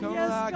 Yes